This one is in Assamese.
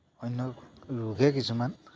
অন্য ৰোগে কিছুমান